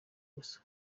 gusa